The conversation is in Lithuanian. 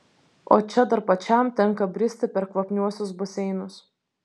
o čia dar pačiam tenka bristi per kvapniuosius baseinus